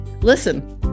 Listen